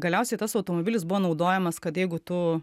galiausiai tas automobilis buvo naudojamas kad jeigu tu